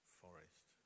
forest